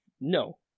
no